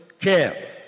care